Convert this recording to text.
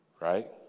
right